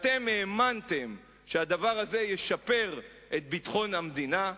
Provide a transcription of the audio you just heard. אתם האמנתם שהדבר הזה ישפר את ביטחון המדינה,